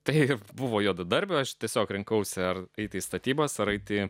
tai buvo juodadarbių aš tiesiog rinkausi ar eiti į statybas ar eiti